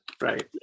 right